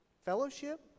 fellowship